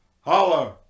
Holler